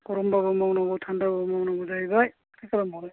गरमबाबो मावनांगौ थानदाबाबो मावनांगौ माथो खालामबावनो